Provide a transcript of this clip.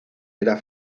era